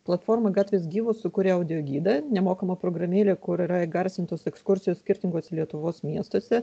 platforma gatvės gyvos sukūrė audiogidą nemokamą programėlę kur yra įgarsintos ekskursijos skirtinguose lietuvos miestuose